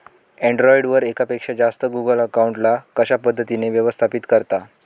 Android वर एकापेक्षा जास्त गुगल अकाउंट ला कशा पद्धतीने व्यवस्थापित करता?